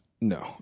No